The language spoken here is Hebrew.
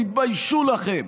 תתביישו לכם.